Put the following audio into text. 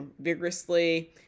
vigorously